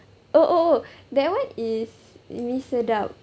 oh oh oh that one is mi sedaap